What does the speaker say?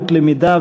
הגנה),